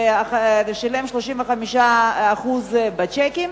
ושילם 35% בצ'קים,